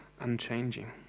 unchanging